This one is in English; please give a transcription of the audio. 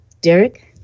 Derek